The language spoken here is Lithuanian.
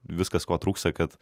viskas ko trūksta kad